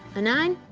a nine,